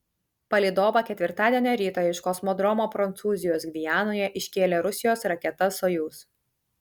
palydovą ketvirtadienio rytą iš kosmodromo prancūzijos gvianoje iškėlė rusijos raketa sojuz